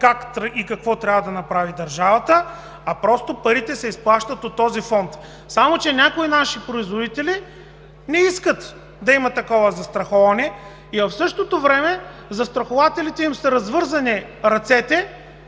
какво трябва да направи държавата, а просто парите се изплащат от този фонд, само че някои наши производители не искат да има такова застраховане. В същото време на застрахователите им са развързани ръцете